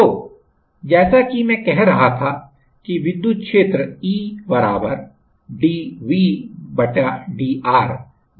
तो जैसा कि मैं कह रहा था कि विद्युत क्षेत्र E dVdr विभव का पहला डेरीवेटीव है